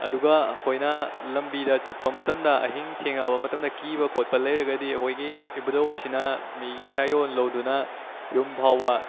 ꯑꯗꯨꯒ ꯑꯩꯈꯣꯏꯅ ꯂꯝꯕꯤꯗ ꯆꯠꯄ ꯃꯇꯝꯗ ꯑꯍꯤꯡ ꯊꯦꯡꯂꯛꯂꯕ ꯃꯇꯝꯗ ꯀꯤꯕ ꯈꯣꯠꯄ ꯂꯩꯔꯒꯗꯤ ꯑꯩꯈꯣꯏꯒꯤ ꯏꯕꯨꯗꯧ ꯑꯁꯤꯅ ꯃꯤꯒꯤ ꯁꯥꯏꯑꯣꯟ ꯂꯧꯗꯨꯅ ꯌꯨꯝ ꯐꯥꯎꯕ